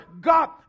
God